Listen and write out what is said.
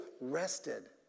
rested